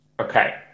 okay